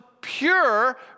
pure